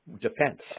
defense